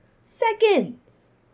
seconds